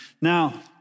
Now